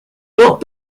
not